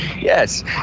Yes